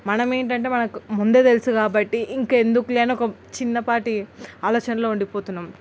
మనము ఏంటంటే మనకు ముందే తెలుసు కాబట్టి ఇంకెందుకులే అని ఒక చిన్నపాటి ఆలోచనలో ఉండిపోతున్నాం